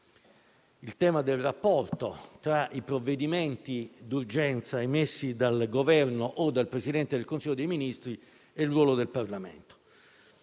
il tema del rapporto tra i provvedimenti d'urgenza emessi dal Governo o dal Presidente del Consiglio dei Ministri e il ruolo del Parlamento.